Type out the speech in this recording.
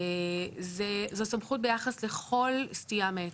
זו סמכות ביחס לכל סטייה מהיתר.